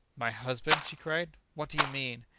my husband! she cried what do you mean?